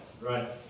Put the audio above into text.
Right